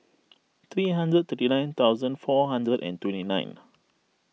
three hundred thirty nine thousand four hundred and twenty nine